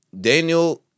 Daniel—